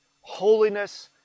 holiness